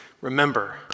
remember